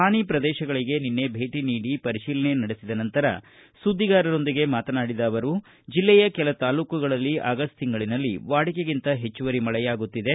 ಹಾನಿ ಪ್ರದೇಶಗಳಿಗೆ ನಿನ್ನೆ ಭೇಟಿ ನೀಡಿ ಪರಿಶೀಲನೆ ನಡೆಸಿದ ನಂತರ ಸುದ್ದಿಗಾರರೊಂದಿಗೆ ಮಾತನಾಡಿದ ಅವರು ಜಿಲ್ಲೆಯ ಕೆಲ ತಾಲ್ಲೂಕುಗಳಲ್ಲಿ ಆಗಸ್ಟ್ ತಿಂಗಳನಲ್ಲಿ ವಾಡಿಕೆಗಿಂತ ಹೆಚ್ಚುವರಿ ಮಳೆಯಾಗುತ್ತಿದೆ